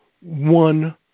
one